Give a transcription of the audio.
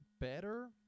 better